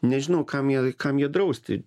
nežinau kam ją kam ją drausti